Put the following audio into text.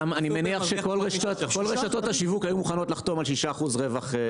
אני מניח שכל רשתות השיווק היו מוכנות לחתום על 6% רווח.